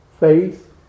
Faith